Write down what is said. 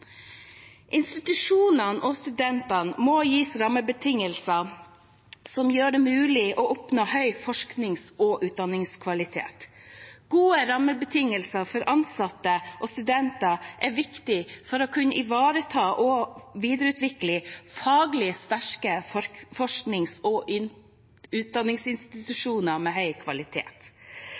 Institusjonene og studentene må gis rammebetingelser som gjør det mulig å oppnå høy forsknings- og utdanningskvalitet. Gode rammebetingelser for ansatte og studenter er viktig for å kunne ivareta og videreutvikle faglig sterke forsknings- og utdanningsinstitusjoner med høy kvalitet.